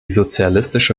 sozialistische